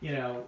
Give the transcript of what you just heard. you know